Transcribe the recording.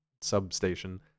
Substation